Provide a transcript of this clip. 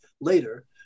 later